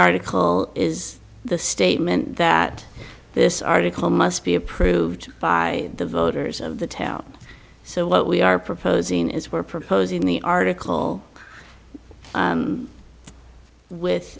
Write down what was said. article is the statement that this article must be approved by the voters of the town so what we are proposing is we're proposing the article with